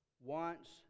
wants